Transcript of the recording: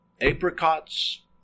apricots